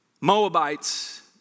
Moabites